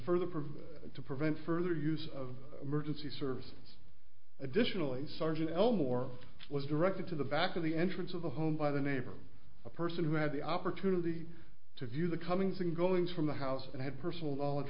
provide to prevent further use of emergency services additionally a surgeon elmore was directed to the back of the entrance of the home by the neighbor a person who had the opportunity to view the comings and goings from the house and had personal knowledge